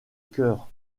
cœur